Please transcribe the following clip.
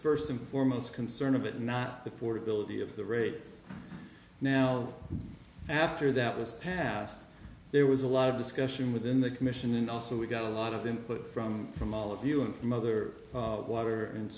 first and foremost concern of it not the four ability of the rates now after that was passed there was a lot of discussion within the commission and also we got a lot of input from from all of you and from other water and